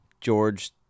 George